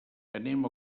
anem